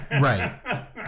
Right